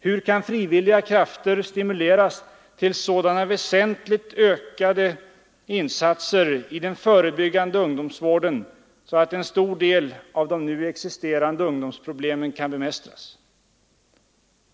Hur kan frivilliga krafter stimuleras till sådana väsentligt ökade insatser i den förebyggande ungdomsvården att en stor del av de nu existerande ungdomsproblemen kan bemästras?